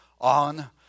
on